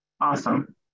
Awesome